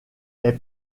est